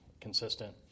consistent